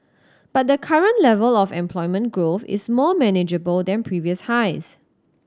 but the current level of employment growth is more manageable than previous highs